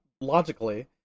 logically